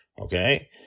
okay